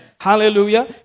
Hallelujah